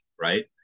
right